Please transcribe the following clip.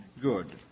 good